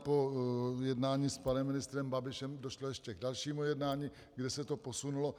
Po jednání s panem ministrem Babišem došlo ještě k dalšímu jednání, kde se to posunulo.